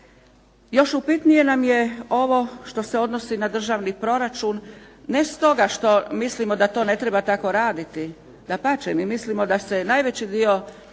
Još upitnije nam je ovo što se odnosi na državni proračun, ne stoga što mislimo da to ne treba tako raditi. Dapače, mi mislimo da se najveći dio